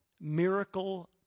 miracle